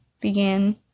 began